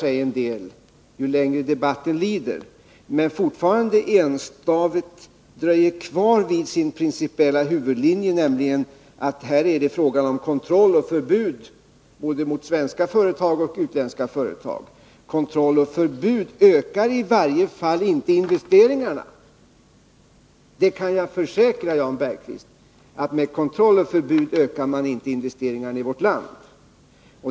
Visserligen har han allteftersom debatten har lidit modifierat sig en del, men fortfarande dröjer han enständigt kvar vid sin principiella huvudlinje, nämligen att det här är fråga om kontroll och förbud, både när det gäller svenska och i fråga om utländska företag. Kontroll och förbud ökar inte investeringarna i vårt land — det kan jag försäkra Jan Bergqvist.